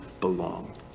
belong